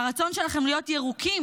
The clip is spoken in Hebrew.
והרצון שלכם להיות ירוקים